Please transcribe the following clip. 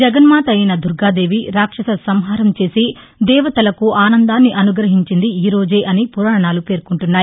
జగన్మాత అయిన దుర్గాదేవి రాక్షస సంహారం చేసి దేవతలకు ఆనందాన్ని అనుగహించింది ఈ రోజే అని పురాణాలు పేర్కొంటున్నాయి